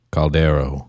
Caldero